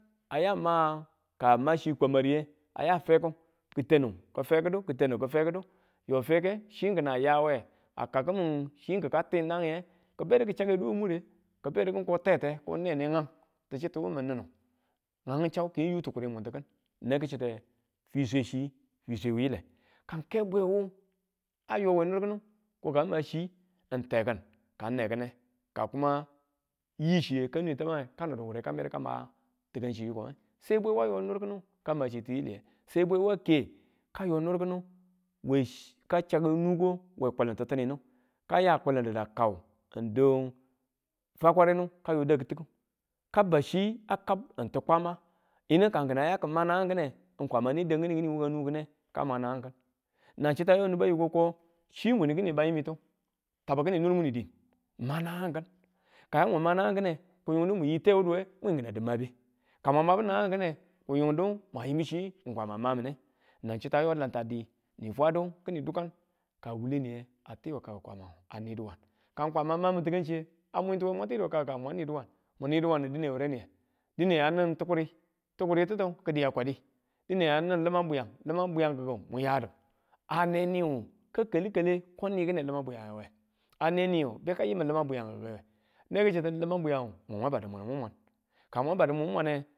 A ya ma, ka ma chi kwamariye, aya feku ki tenu ki fekidu ki fekidu yo feke chi n kin a yawe a kau kimin chi kika tin nangiye ki bedu chakedu we mure, kibedu kin ko tete ko nene, ngan ki chituyu mi ninu ngan chau keng tikurimukin nang ki chitte fiswe chi fiswe wuyile kang ke bweyu a yo we niir kinu ko ko ma chi n teki̱n ka n neki̱ne ka kuma yii chiye ka nwe tamang kanodu wure ka medu ka ma tika̱ngchi yikong? a yo nir kinu kama tika chiye a mwintuwe mwantidu we kaku mwan ni duwan mu ni diwan dine wureniye? se bwewa yo niir kini kama chitiyile, se bwewa ke yo niir, kinun we ka chakku nuuko we kulun titininu ka kulu dudu kau n du fwakwarenu ka yo da kitiku ka tab chi n ti Kwama ane dangu kini wuka nuu ki̱ne kama nangakin nang chitta yo nibu ayi ko ko chi munnukin bayamitu tabbu kinu niir muni diin ma nangangkin ka yamu ma nangang ne ki̱ yudu muyi tewuduye mwin ki̱na di mabe ka mwan mabu nang ki̱ne ki yudu ma yibuchi Kwama mamune, nang chittu yo lanta di ni fwadu kin dukkang ka wule niye a ti we kakku Kwama ani duwang, kwama mamin ti̱kangchiye a mwintuwe mwanti duwe kakkukang mwa ni duwan muni duwannu dine wure niye dine a nin ti̱kuri ti̱kurititu kidiya kwadi dine a nin limang bwiyan limang bwiyang kiku mun yadu a ne niwu ka kalukale ko ni kine limang bwiyangewe, ane niwe beka yimin limang bwiyange we neki chitu limang bwiyang mun mwan badu mun, mun mwan ko badi mun mwane?